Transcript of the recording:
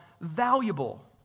valuable